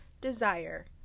desire